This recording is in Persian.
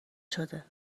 شده